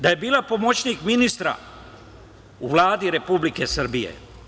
Da je bila pomoćnik ministra u Vladi Republike Srbije.